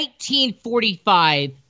1945